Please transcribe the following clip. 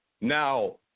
Now